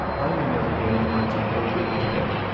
i may never get any lines of code written today.